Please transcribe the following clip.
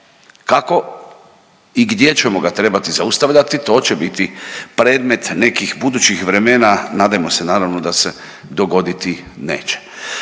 Kako i gdje ćemo ga trebati zaustavljati, to će biti predmet nekih budućih vremena, nadajmo se naravno da se dogoditi neće.